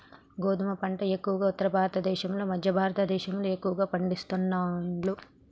గోధుమ పంట ఎక్కువగా ఉత్తర భారత దేశం లో మధ్య భారత దేశం లో ఎక్కువ పండిస్తాండ్లు